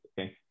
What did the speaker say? Okay